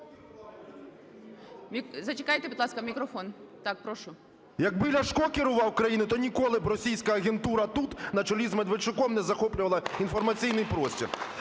Якби Ляшко керував країною, то ніколи б російська агентура тут, на чолі з Медведчуком, не захоплювала інформаційний простір.